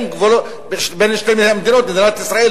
מדינת ישראל